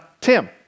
Tim